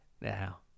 Now